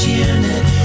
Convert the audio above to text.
unit